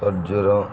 ఖర్జురం